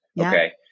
Okay